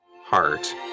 Heart